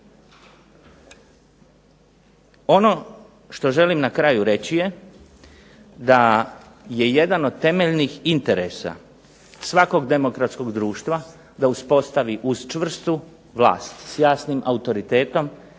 Ono što želim na kraju reći je da je jedan od temeljnih interesa svakog demokratskog društva da uspostavi uz čvrstu vlast s jasnim autoritetom